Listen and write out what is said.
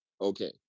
okay